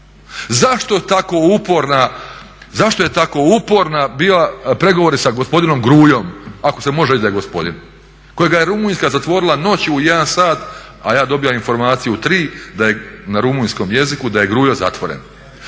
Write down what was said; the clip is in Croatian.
Zašto su tako uporni bili pregovori sa gospodinom Gruiaom, ako se može reći da je gospodin, kojega je Rumunjska zatvorila noći u 1 sat, a ja dobio informaciju u 3 na rumunjskom jeziku da je Gruio zatvoren.